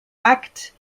act